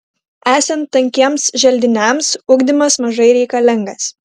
esant tankiems želdiniams ugdymas mažai reikalingas